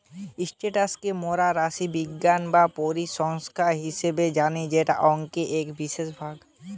status কে মোরা রাশিবিজ্ঞান বা পরিসংখ্যান হিসেবে জানি যেটা অংকের এক বিশেষ ভাগ